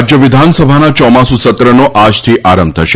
ગુજરાત વિધાન સભાના યોમાસુ સત્રનો આજથી આરંભ થશે